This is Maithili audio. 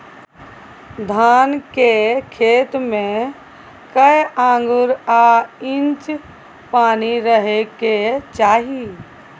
धान के खेत में कैए आंगुर आ इंच पानी रहै के चाही?